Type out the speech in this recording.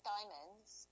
Diamonds